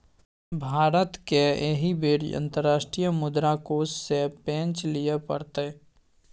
भारतकेँ एहि बेर अंतर्राष्ट्रीय मुद्रा कोष सँ पैंच लिअ पड़तै